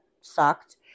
sucked